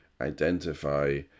identify